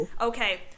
Okay